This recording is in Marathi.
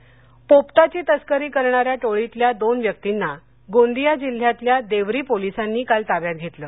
तस्करी पोपटाची तस्करी करणा या टोळीतल्या दोन व्यक्तींना गोंदिया जिल्ह्यातल्या देवरी पोलिसांनी काल ताब्यात घेतलं